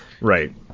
Right